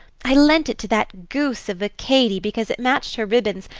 i lent it to that goose of a katie, because it matched her ribbons,